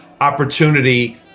opportunity